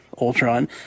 Ultron